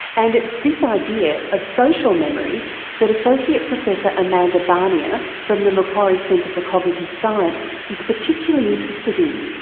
and it's this idea of social memory that associate professor amanda barnier from the macquarie centre for cognitive science is particularly interested in.